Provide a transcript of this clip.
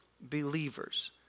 believers